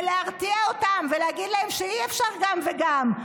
ולהרתיע אותם, ולהגיד להם שאי-אפשר גם וגם?